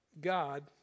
God